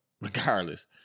regardless